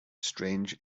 strange